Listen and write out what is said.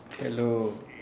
hello